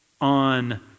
on